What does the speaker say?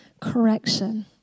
correction